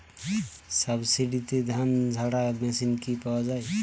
সাবসিডিতে ধানঝাড়া মেশিন কি পাওয়া য়ায়?